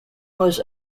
was